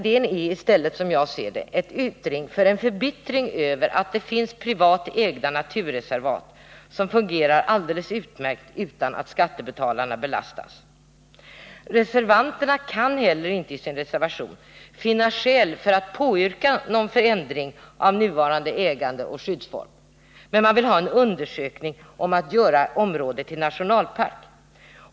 Det är i stället, som jag ser det, fråga om en yttring av förbittring över att det finns privatägda naturreservat som fungerar alldeles utmärkt utan att skattebetalarna belastas. Reservanterna kan heller inte i sin reservation finna skäl för att påyrka någon förändring av nuvarande ägandeoch skyddsform, men de vill att det skall göras en undersökning om att göra området till nationalpark.